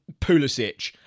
Pulisic